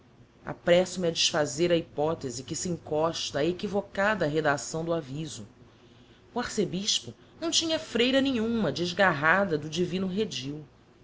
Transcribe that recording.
apresso me a desfazer a hypothese que se encosta á equivoca redacção do aviso o arcebispo não tinha freira nenhuma desgarrada do divino redil